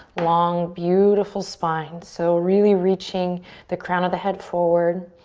long, beautiful spine. so really reaching the crown of the head forward.